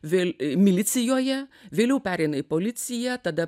vėl milicijoje vėliau pereina į policiją tada